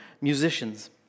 musicians